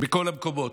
בכל המקומות.